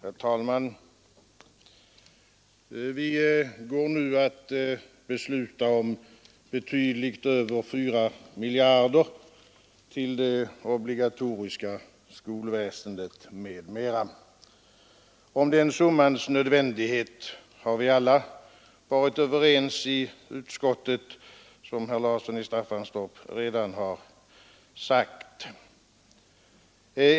Herr talman! Vi går nu att besluta om betydligt mer än 4 miljarder kronor till det obligatoriska skolväsendet m.m. Om den summans nödvändighet har vi alla varit överens i utskottet, något som herr Larsson i Staffanstorp redan har sagt.